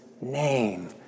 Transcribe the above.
name